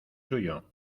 suyo